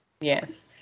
Yes